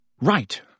Right